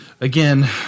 Again